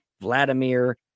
Vladimir